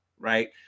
right